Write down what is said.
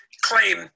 claim